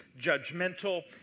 judgmental